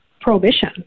prohibition